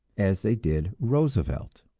as they did roosevelt.